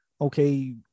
Okay